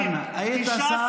מביא נתונים,